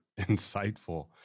insightful